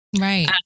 Right